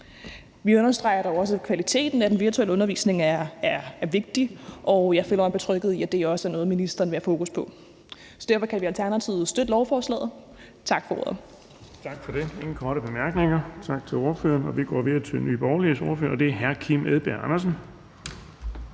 Vi understreger dog også, at kvaliteten af den virtuelle undervisning er vigtig, og jeg føler mig betrygget i, at det også er noget, ministeren vil have fokus på. Derfor kan vi i Alternativet støtte lovforslaget. Tak for ordet. Kl. 14:07 Den fg. formand (Erling Bonnesen): Tak for det. Der er ingen korte bemærkninger. Tak til ordføreren. Vi går videre til Nye Borgerliges ordfører, og det er hr. Kim Edberg Andersen.